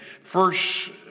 First